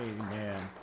Amen